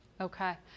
Okay